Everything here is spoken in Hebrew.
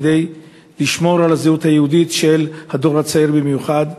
כדי לשמור על הזהות היהודית של הדור הצעיר במיוחד.